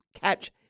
catch